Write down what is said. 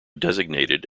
designated